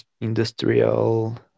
industrial